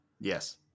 Yes